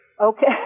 Okay